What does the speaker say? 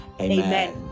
amen